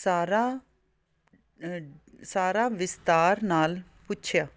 ਸਾਰਾ ਸਾਰਾ ਵਿਸਤਾਰ ਨਾਲ ਪੁੱਛਿਆ